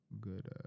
good